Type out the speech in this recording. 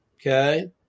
okay